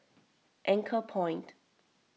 anchorpoint